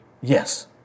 Yes